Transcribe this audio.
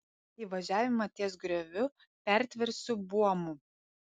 įvažiavimą ties grioviu pertversiu buomu